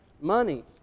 money